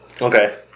Okay